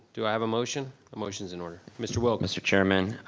do i have a motion? a motion is in order. mr. wilk? mr. chairman,